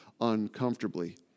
uncomfortably